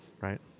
right